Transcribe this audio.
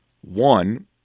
one